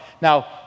Now